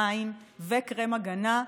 מים וקרם הגנה,